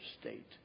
state